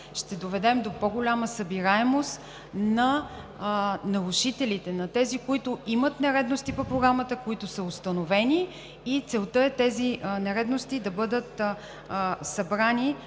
ще доведем до по-голяма събираемост от нарушителите, от тези, които имат нередности по програмата, които са установени, и целта е тези нередности да бъдат събрани.